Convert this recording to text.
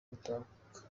gutahuka